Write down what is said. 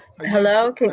Hello